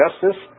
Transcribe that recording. Justice